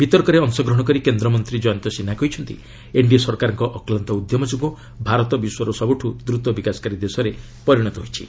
ବିତର୍କରେ ଅଂଶଗ୍ରହଣ କରି କେନ୍ଦ୍ରମନ୍ତ୍ରୀ ଜୟନ୍ତ ସିହ୍ନା କହିଛନ୍ତି ଏନ୍ଡିଏ ସରକାରଙ୍କ ଅକ୍ଲାନ୍ତ ଉଦ୍ୟମ ଯୋଗୁଁ ଭାରତ ବିଶ୍ୱର ସବୁଠୁ ଦ୍ରୁତ ବିକାଶକାରୀ ଦେଶରେ ପରିଣତ ହୋଇଛି